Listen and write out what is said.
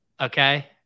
Okay